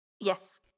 Yes